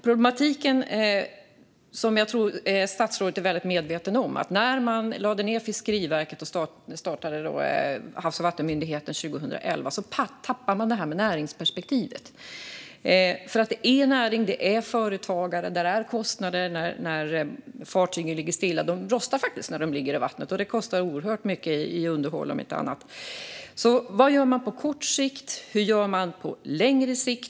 Problematiken, som jag tror att statsrådet är väldigt medveten om, är att när man 2011 lade ned Fiskeriverket och startade Havs och vattenmyndigheten tappade man näringsperspektivet. Detta är en näring med företagare som har kostnader när fartygen ligger stilla. De rostar faktiskt när de ligger i vattnet, och det kostar oerhört mycket i underhåll. Vad gör man på kort sikt, och vad gör man på längre sikt?